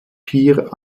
pier